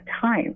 time